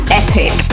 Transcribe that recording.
epic